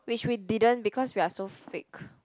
which we didn't because we are so fake